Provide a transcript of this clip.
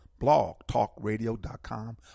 Blogtalkradio.com